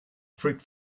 fruit